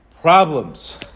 problems